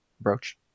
Brooch